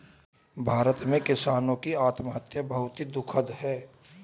भारत में किसानों की आत्महत्या बहुत ही दुखद है